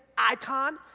icon,